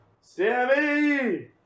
Sammy